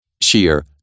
sheer